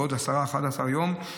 בעוד 11-10 ימים,